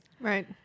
Right